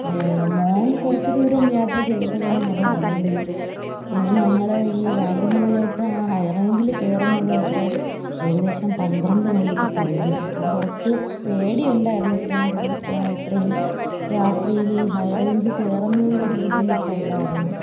മകൻ കുറച്ച് ദൂരം യാത്രചെയ്തപ്പോള്ത്തന്നെ അവന് ഉറങ്ങി പിന്നെ ഞങ്ങള് ഈ വാഗമണ്ണിലോട്ട് ആ ഹൈ റേഞ്ചിൽ കയറുന്നത് ഒക്കെ ഏകദേശം പന്ത്രണ്ട് മണിയൊക്കെ കഴിഞ്ഞു അപ്പോള് കുറച്ച് പേടിയുണ്ടായിരുന്നു ഇത്രയും ദൂരെ ഇത്രയും രാത്രിയില് ഈ ഹൈ റേൻജ് കയറുന്നതിൻ്റെ ഒരു ബുദ്ധിമുട്ടുണ്ടായിരുന്നു